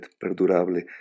perdurable